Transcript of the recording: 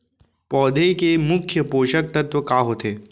पौधे के मुख्य पोसक तत्व का होथे?